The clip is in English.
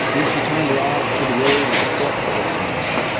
then she turned her eyes to the road where the truck had just passed.